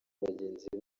bagenzi